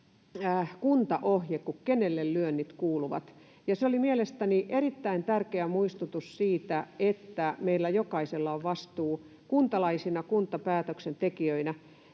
kuntaohje kuin ”Kenelle lyönnit kuuluvat?”, ja se oli mielestäni erittäin tärkeä muistutus siitä, että meillä jokaisella on vastuu kuntalaisina ja kuntapäätöksentekijöinä